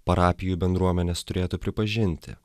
parapijų bendruomenės turėtų pripažinti